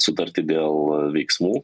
sutarti dėl veiksmų